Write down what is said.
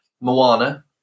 Moana